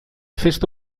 festa